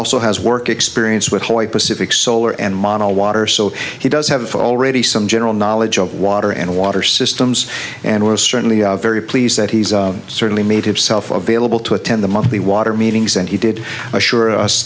also has work experience with white pacific solar and model water so he does have already some general knowledge of water and water systems and we're certainly very pleased that he certainly made himself available to attend the monthly water meetings and he did assure us